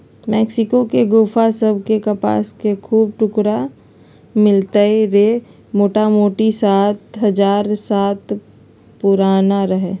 Mexico के गोफा सभ में कपास के कुछ टुकरा मिललइ र जे मोटामोटी सात हजार साल पुरान रहै